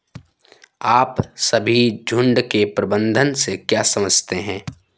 आप सभी झुंड के प्रबंधन से क्या समझते हैं?